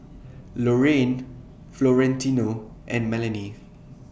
Lorrayne Florentino and Melany